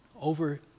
over